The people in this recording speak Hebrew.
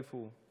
איפה הוא?